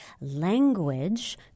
Language